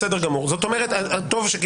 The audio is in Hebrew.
אני שאלתי ארבע שאלות,